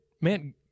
man